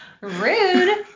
Rude